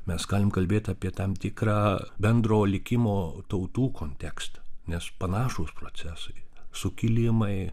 mes galim kalbėt apie tam tikrą bendro likimo tautų kontekstą nes panašūs procesai sukilimai